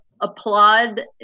applaud